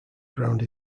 ground